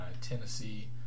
Tennessee